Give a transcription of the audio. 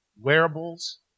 wearables